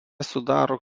sudaro